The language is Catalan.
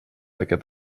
aquest